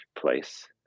place